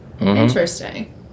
Interesting